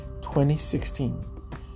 2016